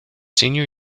senior